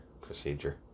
procedure